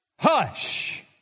hush